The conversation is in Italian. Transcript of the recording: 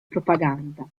propaganda